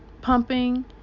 pumping